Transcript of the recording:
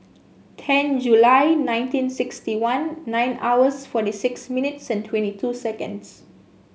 ten July nineteen sixty one nine hours forty six minutes and twenty two seconds